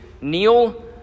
Neil